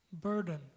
burden